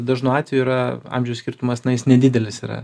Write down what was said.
dažnu atveju yra amžiaus skirtumas na jis nedidelis yra